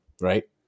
right